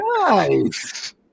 Nice